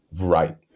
right